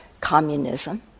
communism